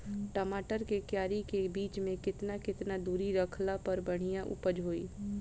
टमाटर के क्यारी के बीच मे केतना केतना दूरी रखला पर बढ़िया उपज होई?